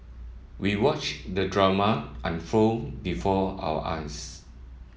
we watched the drama unfold before our eyes